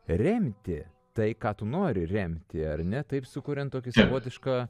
remti tai ką tu nori remti ar ne taip sukuriant tokį savotišką